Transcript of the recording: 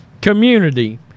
community